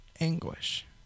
anguish